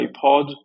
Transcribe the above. pod